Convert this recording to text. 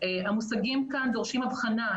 לומר שהמושגים כאן דורשים הבחנה.